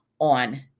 on